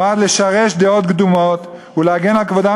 נועד לשרש דעות קדומות ולהגן על כבודם